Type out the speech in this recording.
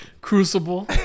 Crucible